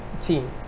team